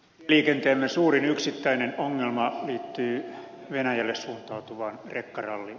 liikenteemme suurin yksittäinen ongelma liittyy venäjälle suuntautuvaan rekkaralliin